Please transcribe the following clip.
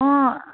অঁ